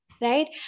right